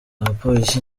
abapolisi